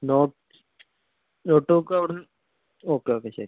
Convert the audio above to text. not notebook അവിടെനിന്ന് okay okay ശരി